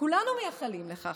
וכולנו מייחלים לכך.